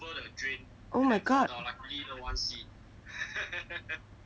oh my god